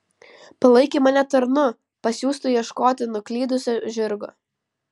palaikė mane tarnu pasiųstu ieškoti nuklydusio žirgo